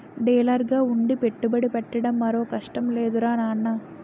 డీలర్గా ఉండి పెట్టుబడి పెట్టడం మరో కష్టం లేదురా నాన్నా